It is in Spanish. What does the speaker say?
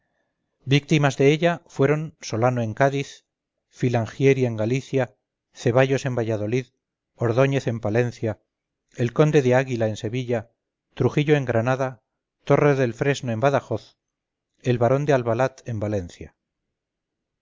víctimas de ella fueron solano en cádiz filangieri en galicia cevallos en valladolid ordóñez en palencia el conde del águilaen sevilla trujillo en granada torre del fresno en badajoz el barón de albalat en valencia